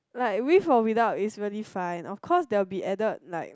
like with or without is very fine of course there're be added like